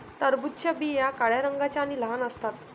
टरबूजाच्या बिया काळ्या रंगाच्या आणि लहान असतात